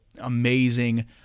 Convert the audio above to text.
amazing